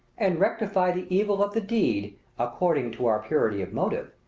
and rectify the evil of the deed according to our purity of motive.